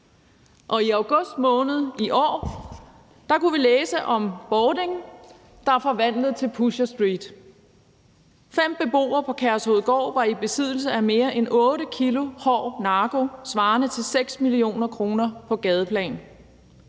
Og i august måned i år kunne vi læse om Bording, der er forvandlet til Pusher Street. Fem beboere på Kærshovedgård var i besiddelse af mere end 8 kg hård narko svarende til 6 mio. kr. på gadeplan.